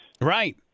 Right